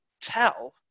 tell